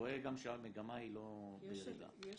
גם שהמגמה היא לא בירידה, היא בעלייה.